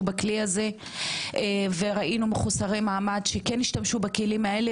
בכלי הזה וראינו מחוסרי מעמד שכן השתמשו בכלים האלה